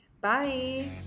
Bye